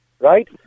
right